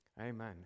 amen